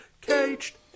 caged